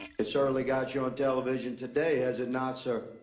it certainly got you on television today, has it not, sir?